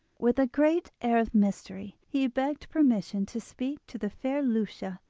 with a great air of mystery he begged permission to speak to the fair lucia,